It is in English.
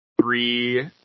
three